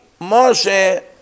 Moshe